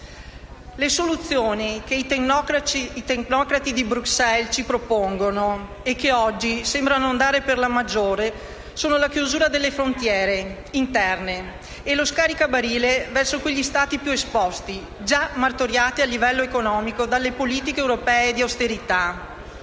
Le soluzioni che i tecnocrati di Bruxelles ci prospettano e che oggi sembrano andare per la maggiore sono la chiusura delle frontiere interne e lo scaricabarile verso quegli Stati più esposti, già martoriati a livello economico dalle politiche europee di austerità.